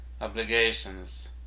obligations